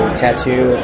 tattoo